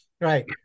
right